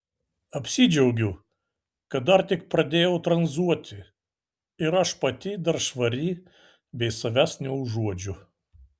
apsidžiaugiu kad dar tik pradėjau tranzuoti ir aš pati dar švari bei savęs neužuodžiu